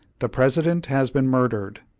the president has been murdered!